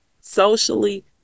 socially